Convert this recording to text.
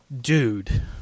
dude